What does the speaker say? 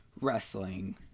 wrestling